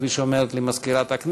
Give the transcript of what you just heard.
כפי שאומרת לי מזכירת הכנסת,